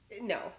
No